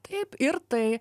taip ir tai